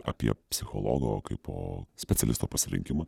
apie psichologo kaipo specialisto pasirinkimą